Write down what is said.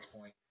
point